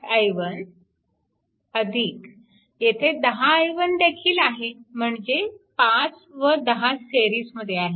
5 i1 येथे 10 i1 देखील आहे म्हणजेच 5 व 10 सिरीजमध्ये आहेत